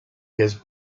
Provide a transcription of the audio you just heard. his